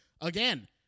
again